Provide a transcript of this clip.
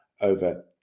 over